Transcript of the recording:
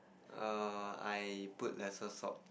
err I put lesser salt